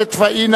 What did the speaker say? חלופי.